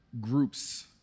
groups